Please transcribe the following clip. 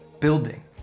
building